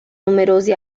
numerosi